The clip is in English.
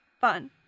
fun